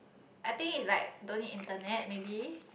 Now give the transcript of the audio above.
I think it's like don't need internet maybe